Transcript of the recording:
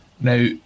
now